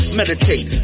meditate